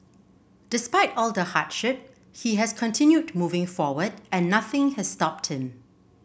despite all the hardship he has continued moving forward and nothing has stopped him